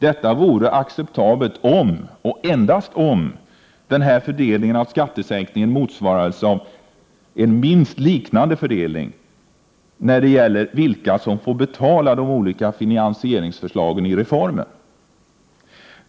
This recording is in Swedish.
Detta vore acceptabelt om — och endast om — den här fördelningen av skattesänkningarna motsvarades av minst en liknande fördelning när det gäller vilka som får betala för de olika finansieringsförslagen i reformen.